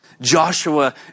Joshua